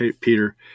Peter